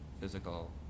physical